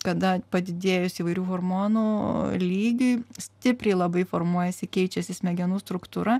kada padidėjus įvairių hormonų lygiui stipriai labai formuojasi keičiasi smegenų struktūra